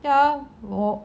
ya [wor]